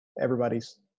everybody's